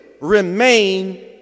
remain